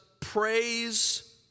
praise